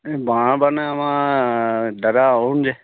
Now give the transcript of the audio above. এই বাঁহ মানে আমাৰ দাদা অৰুণ যে